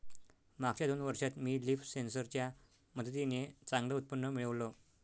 मागच्या दोन वर्षात मी लीफ सेन्सर च्या मदतीने चांगलं उत्पन्न मिळवलं